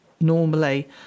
normally